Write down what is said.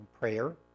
prayer